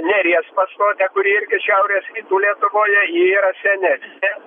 neries pastotę kuri irgi šiaurės rytų lietuvoje ji yra senesnė